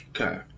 Okay